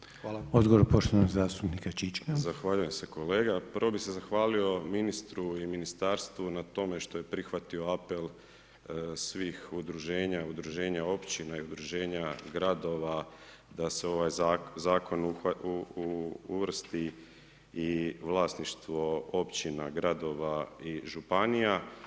Zahvaljujem se kolega, prvo bih se zahvalio ministru i ministarstvu na tome što je prihvatio apel svih udruženja, udruženja općina i udruženja gradova da se u ovaj zakon uvrsti i vlasništvo općina, gradova i županija.